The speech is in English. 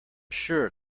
sure